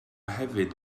hefyd